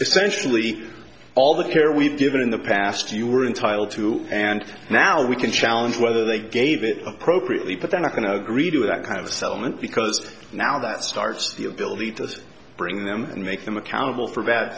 essentially all the care we've given in the past you were entitled to and now we can challenge whether they gave it appropriately but they're not going to agree to that kind of settlement because now that starts the ability to bring them and make them accountable for